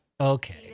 Okay